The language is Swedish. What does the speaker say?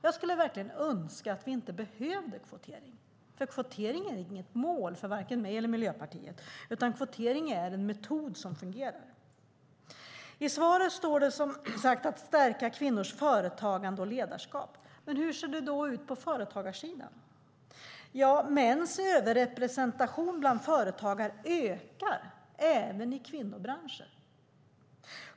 Jag skulle verkligen önska att vi inte behövde kvotering. Kvotering är inget mål för mig eller Miljöpartiet, utan kvotering är en metod som fungerar. I svaret står det som sagt att man ska stärka kvinnors företagande och ledarskap. Men hur ser det ut på företagarsidan? Mäns överrepresentation bland företagare ökar även i kvinnobranscher.